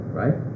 right